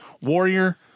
Warrior